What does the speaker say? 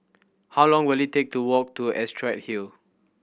how long will it take to walk to Astrid Hill